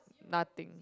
nothing